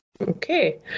Okay